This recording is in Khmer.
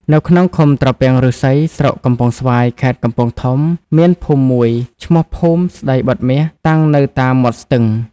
នៅក្នុងឃុំត្រពាំងឫស្សី ស្រុកកំពង់ស្វាយ ខេត្តកំពង់ធំ មានភូមិមួយ ឈ្មោះភូមិស្តីបិទមាស តាំងនៅតាម មាត់ស្ទឹង។